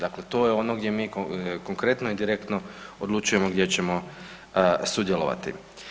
Dakle, to je ono gdje mi konkretno i direktno odlučujemo gdje ćemo sudjelovati.